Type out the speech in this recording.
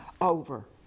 over